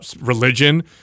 religion